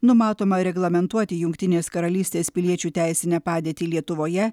numatoma reglamentuoti jungtinės karalystės piliečių teisinę padėtį lietuvoje